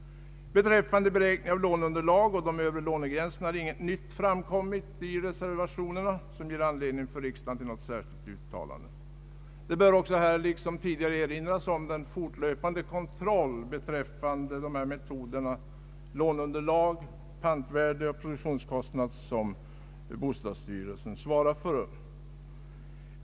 Beträffande beräkning av låneunderlag och de övre lånegränserna har ingenting nytt framkommit i reservationerna som ger riksdagen anledning till något särskilt uttalande. Det bör också här liksom tidigare erinras om den fortlöpande kontroll beträffande metoderna för beräkning av låneunderlag, pantvärde och produktionskostnad som bostadsstyrelsen svarar för.